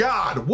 God